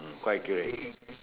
mm quite accurate